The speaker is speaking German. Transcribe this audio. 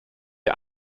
die